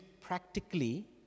practically